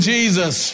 Jesus